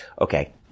Okay